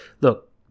look